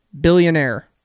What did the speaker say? billionaire